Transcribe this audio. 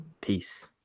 Peace